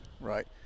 right